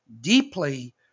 deeply